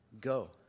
go